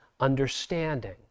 understanding